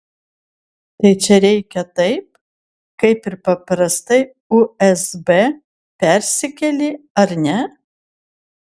tai čia reikia taip kaip ir paprastai usb persikeli ar ne